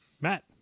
Matt